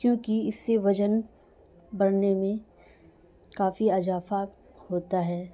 کیونکہ اس سے وزن بڑھنے میں کافی اضافہ ہوتا ہے